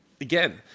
Again